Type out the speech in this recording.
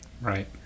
Right